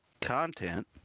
content